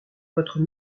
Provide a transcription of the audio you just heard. votre